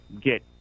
get